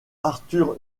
arthur